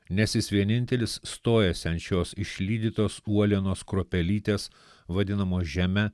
nes jis vienintelis stojasi ant šios išlydytos uolienos kruopelytės vadinamos žeme